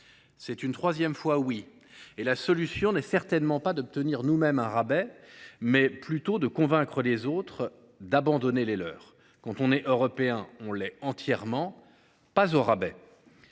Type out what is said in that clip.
C’est une troisième fois oui, et la solution n’est certainement pas d’obtenir nous mêmes un rabais ; c’est plutôt de convaincre les autres d’abandonner les leurs. Quand on est Européen, on l’est entièrement, pas au rabais